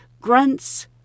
grunts